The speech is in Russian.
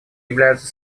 являются